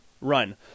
run